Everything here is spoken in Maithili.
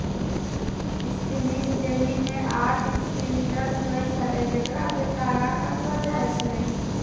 स्पिनिंग जेनी मे आठ स्पिंडल होय छलै जेकरा पे तागा काटलो जाय छलै